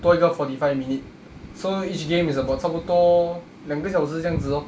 多一个 forty five minute so each game is about 差不多两个小时这样子 lor